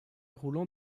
roulant